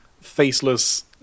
faceless